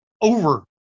over-